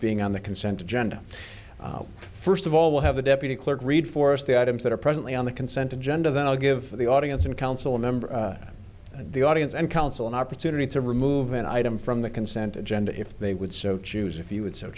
being on the consent agenda first of all we'll have a deputy clerk read for us the items that are presently on the consent agenda that will give the audience and council members the audience and council an opportunity to remove an item from the consent agenda if they would so choose if you would so